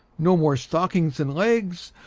no more stockings than legs,